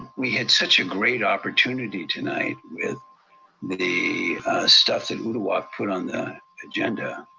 we had such a great opportunity tonight with the the stuff that uduak put on the agenda